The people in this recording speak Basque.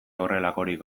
horrelakorik